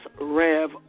Rev